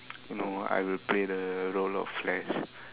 no I will play the role of Flash